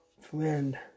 friend